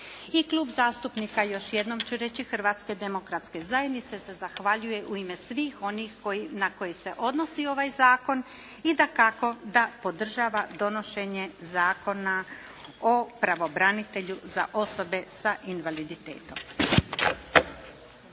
ću reći, Hrvatske demokratske zajednice se zahvaljuje u ime svih onih na koje se odnosi ovaj zakon i dakako da podržava donošenje Zakona o pravobranitelju za osobe sa invaliditetom.